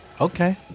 Okay